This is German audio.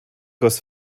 goss